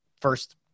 first